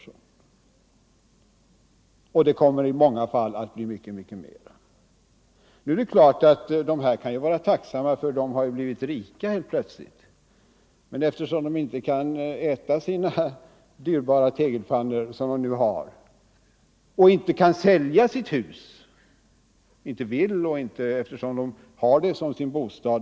I många fall kommer det att bli mycket mera. Nu är det klart att dessa människor kan vara tacksamma för att de helt plötsligt blivit rika. Men eftersom de inte kan äta sina dyrbara te Nr 126 gelpannor och inte kan sälja sitt hus — de har ju huset som sin bostad Torsdagen den — så har de föga glädje av detta.